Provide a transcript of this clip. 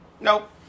nope